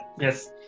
Yes